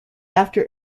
after